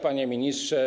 Panie Ministrze!